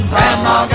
Grandma